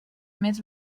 més